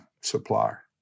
supplier